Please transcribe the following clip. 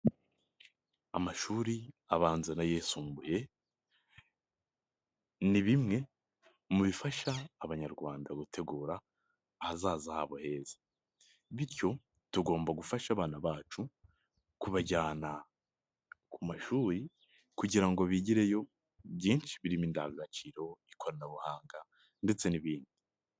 Amashuri abanza n'ayisumbuye ni bimwe mu bifasha abanyarwanda gutegura ahazaza habo heza ,bityo tugomba gufasha abana bacu kubajyana ku mashuri kugira ngo bigireyo byinshi birimo indangagaciro, ikoranabuhanga ndetse n'ibindi.